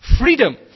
Freedom